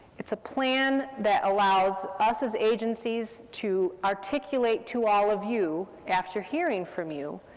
it's a plan that allows us, as agencies, to articulate to all of you, after hearing from you,